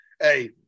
Hey